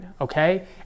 okay